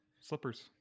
slippers